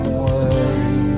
worry